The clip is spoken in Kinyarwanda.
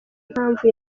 impamvu